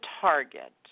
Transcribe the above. target